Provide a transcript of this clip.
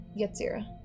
Yetzira